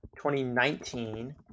2019